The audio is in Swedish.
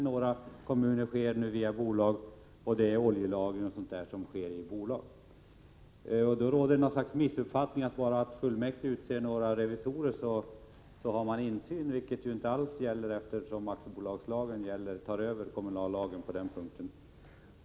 I några kommuner sker nut.o.m. gatubyggnad via bolag. Det är en missuppfattning som råder, att fullmäktige har insyn bara man utser några revisorer. Det är inte alls fallet, eftersom aktiebolagslagen på den punkten tar över kommunallagen.